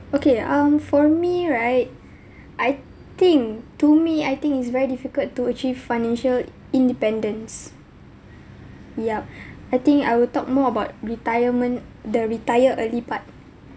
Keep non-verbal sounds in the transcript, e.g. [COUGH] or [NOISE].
okay um for me right I think to me I think it's very difficult to achieve financial independence yup [BREATH] I think I will talk more about retirement the retire early part